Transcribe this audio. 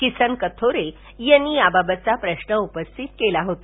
किसन कथोरे यांनी याबाबतचा प्रश्न उपस्थित केला होता